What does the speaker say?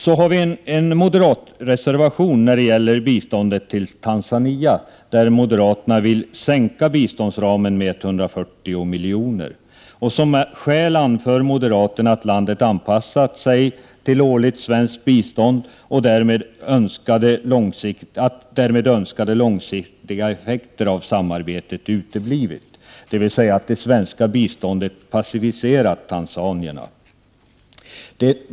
I den moderata reservationen nr 36 yrkas en sänkning av biståndsramen för Tanzania med 140 milj.kr. Som skäl anför moderaterna att landet har anpassat sig till årligt svenskt bistånd och att önskade långsiktiga effekter av samarbetet därmed har uteblivit, dvs. att det svenska biståndet passiviserar tanzanierna.